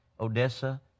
Odessa